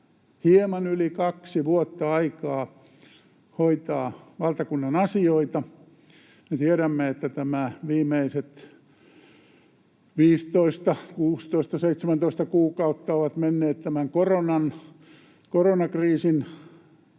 hieman yli kaksi vuotta aikaa hoitaa valtakunnan asioita. Me tiedämme, että nämä viimeiset 15, 16, 17 kuukautta ovat menneet tämän koronakriisin